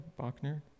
Bachner